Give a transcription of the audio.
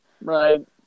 Right